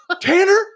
Tanner